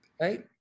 Right